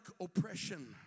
oppression